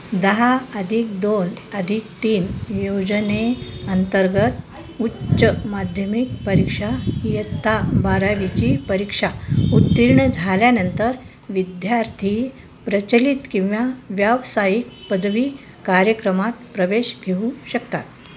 दहा अधिक दोन अधिक तीन योजने अंतर्गत उच्च माध्यमिक परीक्षा इयत्ता बारावीची परीक्षा उत्तीर्ण झाल्यानंतर विद्यार्थी प्रचलित किंवा व्यावसायिक पदवी कार्यक्रमात प्रवेश घेऊ शकतात